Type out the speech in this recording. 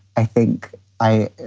i think i,